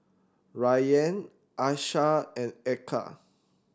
Rayyan Aishah and Eka